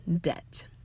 debt